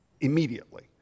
Immediately